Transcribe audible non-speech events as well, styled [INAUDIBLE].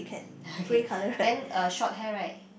[NOISE] okay then uh short hair right